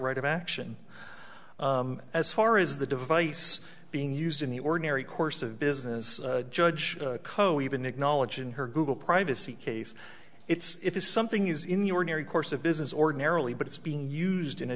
right of action as far as the device being used in the ordinary course of business judge code even acknowledged in her google privacy case it's something is in the ordinary course of business ordinarily but it's being used in a